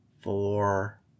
four